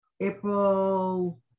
April